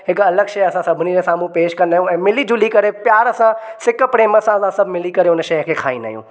हिकु अलॻि शइ असां सभिनी जे साम्हूं पेशि कंदा आहियूं ऐं मिली जुली करे प्यार सां सिक प्रेम सां असां सभु मिली करे हुन शइ खे खाईंदा आहियूं